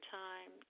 time